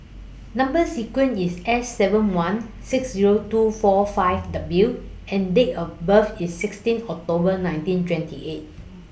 Number sequence IS S seven one six Zero two four five W and Date of birth IS sixteen October nineteen twenty eight